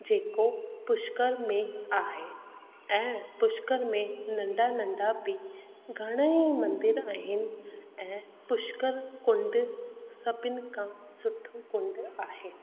जेको पुष्कर में आहे ऐं पुष्कर में नंढा नंढा बि घणा मंदर आहिनि ऐं पुष्कर कुंड सभिनी खां सुठो मंदरु आहे